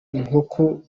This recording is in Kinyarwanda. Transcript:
inkoko